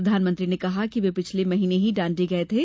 प्रधानमंत्री ने कहा कि वे पिछले महीने ही दांडी गये थे